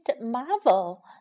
Marvel